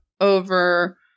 over